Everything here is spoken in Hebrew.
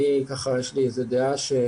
אני מתנצל בפני חבריי המכורים לסמים